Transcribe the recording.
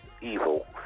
evil